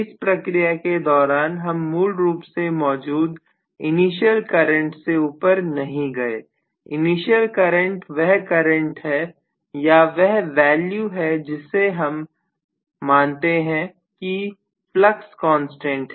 इस प्रक्रिया के दौरान हम मूल रूप से मौजूद इनिशियल करंट के ऊपर नहीं गए इनिशियल करंट वह करंट है या वह वैल्यू है जिससे हम मानते हैं कि फ्लक्स कांस्टेंट है